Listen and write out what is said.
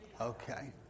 Okay